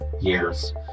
years